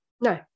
No